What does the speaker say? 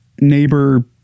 neighbor